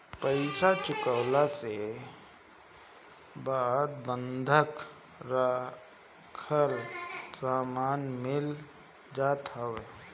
पईसा चुकवला के बाद बंधक रखल सामान मिल जात हवे